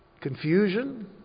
confusion